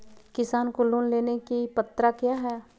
किसान को लोन लेने की पत्रा क्या है?